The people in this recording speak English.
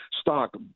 stock